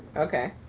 okay.